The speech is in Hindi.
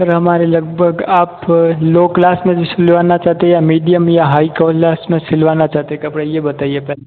सर हमारे लगभग आप लो क्लास में सिलावाना चाहते हैं या मीडियम या हाई क्लास में सिलवाना चाहते हैं कपडे़ ये बताईए पहले